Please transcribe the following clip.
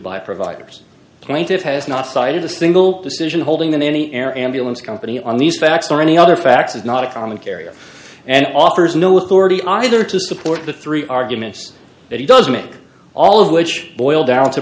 by providers plaintive has not cited the single decision holding than any air ambulance company on these facts are any other facts is not a chronic area and offers no authority are either to support the three arguments that he does make all of which boil down to